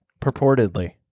Purportedly